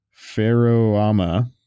Ferroama